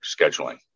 scheduling